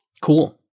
Cool